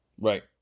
Right